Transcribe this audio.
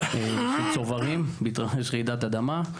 צוברים בהתרחש רעידת אדמה.